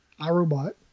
irobot